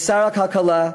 לשר הכלכלה,